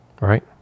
right